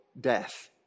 death